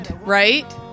right